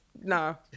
No